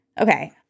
Okay